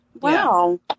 Wow